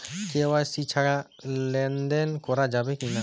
KYC ছাড়া লেনদেন করা যাবে কিনা?